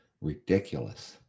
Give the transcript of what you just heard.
ridiculous